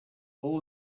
all